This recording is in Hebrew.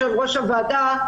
יושב-ראש הוועדה,